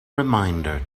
reminder